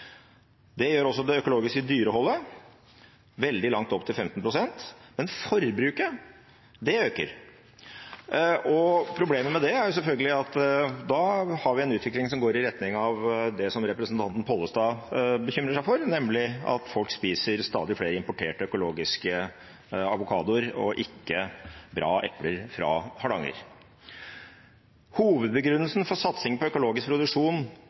Det gjør også det økologiske dyreholdet. Det er veldig langt opp til 15 pst. Men forbruket øker. Problemet med det er selvfølgelig at da har vi en utvikling som går i retning av det som representanten Pollestad bekymrer seg for, nemlig at folk spiser stadig flere importerte økologiske avokadoer og ikke bra epler fra Hardanger. Hovedbegrunnelsen for satsing på økologisk produksjon